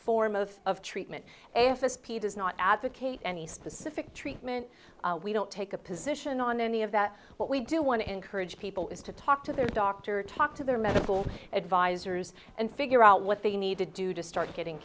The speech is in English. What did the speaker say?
form of treatment if a speed does not advocate any specific treatment we don't take a position on any of that but we do want to encourage people is to talk to their doctor talk to their medical advisors and figure out what they need to do to start getting